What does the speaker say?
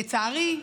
לצערי,